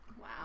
Wow